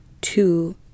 Two